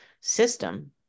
system